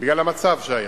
בגלל המצב שהיה.